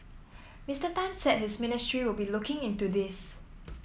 Mister Tan said his ministry will be looking into this